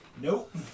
Nope